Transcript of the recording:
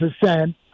percent